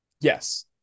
Yes